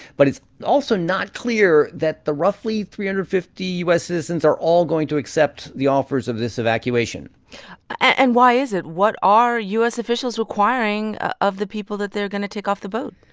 but it's also not clear that the roughly three hundred and fifty u s. citizens are all going to accept the offers of this evacuation and why is it? what are u s. officials requiring of the people that they're going to take off the boat?